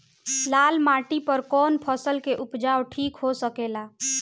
लाल माटी पर कौन फसल के उपजाव ठीक हो सकेला?